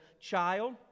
child